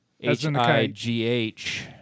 H-I-G-H